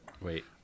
Wait